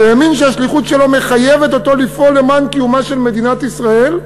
והאמין שהשליחות שלו מחייבת אותו לפעול למען קיומה של מדינת ישראל,